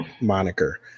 moniker